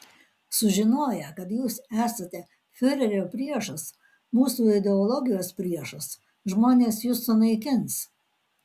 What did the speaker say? sužinoję kad jūs esate fiurerio priešas mūsų ideologijos priešas žmonės jus sunaikins